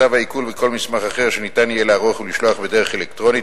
צו העיקול וכל מסמך אחר שניתן יהיה לערוך ולשלוח בדרך אלקטרונית,